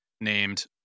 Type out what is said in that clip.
named